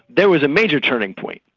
there was a major turning point,